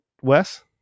Wes